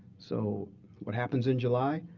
so what happens in july,